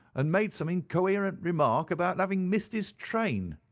and made some incoherent remark about having missed his train.